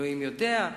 אלוהים יודע.